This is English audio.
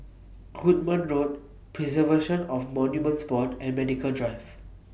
Goodman Road Preservation of Monuments Board and Medical Drive